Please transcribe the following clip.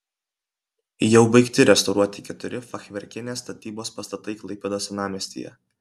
jau baigti restauruoti keturi fachverkinės statybos pastatai klaipėdos senamiestyje